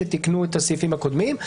שתיקנו את הסעיפים הקודמים,